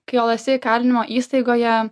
kol esi įkalinimo įstaigoje